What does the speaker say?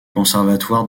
conservatoire